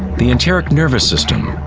the enteric nervous system,